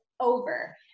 over